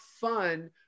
fun